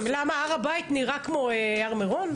הר הבית נראה כמו הר מירון?